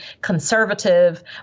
conservative